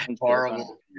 Horrible